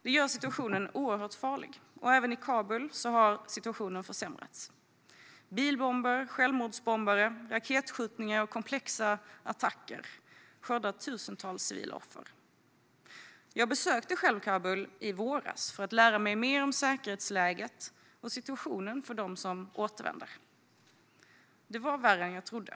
Det gör situationen oerhört farlig. Även i Kabul har situationen försämrats. Bilbomber, självmordsbombare, raketskjutningar och komplexa attacker skördar tusentals civila offer. Jag besökte själv Kabul i våras för att lära mig mer om säkerhetsläget och situationen för dem som återvänder. Det var värre än jag trodde.